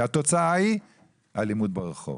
כי התוצאה היא אלימות ברחוב